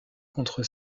contre